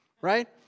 right